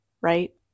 right